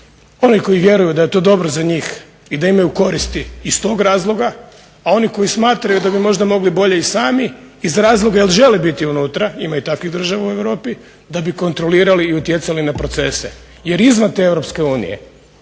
Oni koji vjeruju da je to dobro za njih i da imaju koristi iz tog razloga, a oni koji smatraju da bi možda mogli bolje i sami iz razloga jer žele biti unutra, ima i takvih država u Europi, da bi kontrolirali i utjecali na procese. Jer izvan te EU mnogo